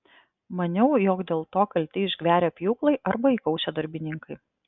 maniau jog dėl to kalti išgverę pjūklai arba įkaušę darbininkai